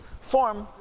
form